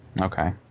Okay